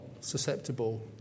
susceptible